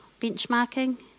benchmarking